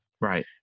right